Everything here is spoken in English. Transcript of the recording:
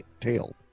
tail